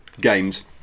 games